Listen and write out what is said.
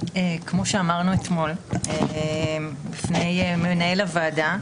כפי שאמרנו אתמול בפני מנהל בוועדה,